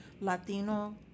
Latino